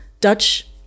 Dutch